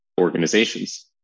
organizations